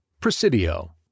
Presidio